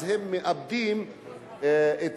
אז